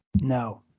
No